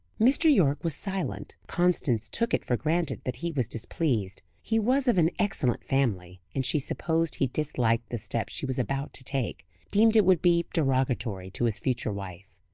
mr. yorke was silent. constance took it for granted that he was displeased. he was of an excellent family, and she supposed he disliked the step she was about to take deemed it would be derogatory to his future wife.